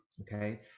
okay